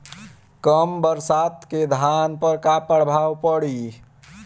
कम बरसात के धान पर का प्रभाव पड़ी?